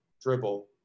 dribble